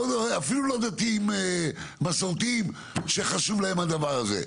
אפילו לא דתיים מסורתיים שחשוב להם הדבר הזה,